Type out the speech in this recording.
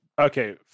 Okay